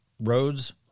roads